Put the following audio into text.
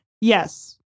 Yes